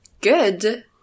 good